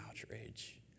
outrage